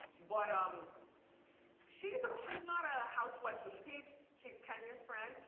but um she's she's not a housewife with a peach, she's kenya's friend.